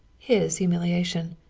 his humiliation.